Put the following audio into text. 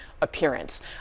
appearance